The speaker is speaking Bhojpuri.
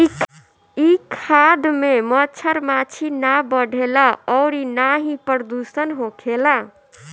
इ खाद में मच्छर माछी ना बढ़ेला अउरी ना ही प्रदुषण होखेला